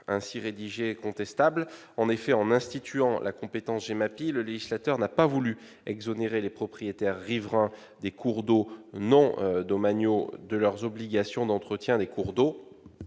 apparaît donc contestable. En effet, en instituant la compétence GEMAPI, le législateur n'a pas voulu exonérer les propriétaires riverains de cours d'eau non domaniaux de leurs obligations d'entretien des cours d'eau-